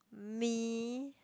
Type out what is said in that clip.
me